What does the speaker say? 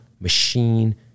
machine